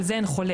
על זה אין חולק.